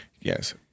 Yes